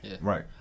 Right